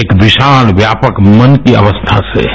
एक विशाल व्यापक मन की अवस्था से है